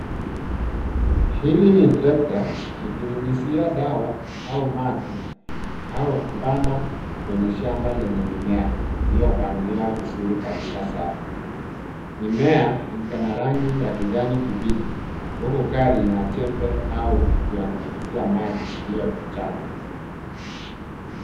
Hili ni trekta, likinyunyuzia dawa, au maji, au kupanda kwenye shamba lenye mimea, iliyopangiliwa vizuri katika safu. Mimea iko na rangi ya kijani kibichi, huku gari ina jembe, au kitu ya kunyunyuzia maji, iliyoachana.